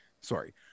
Sorry